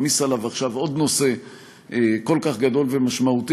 נעמיס עליו עכשיו עוד נושא כל כך גדול ומשמעותי,